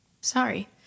Sorry